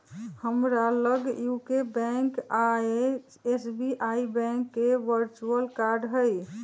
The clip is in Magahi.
हमरा लग यूको बैंक आऽ एस.बी.आई बैंक के वर्चुअल कार्ड हइ